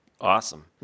Awesome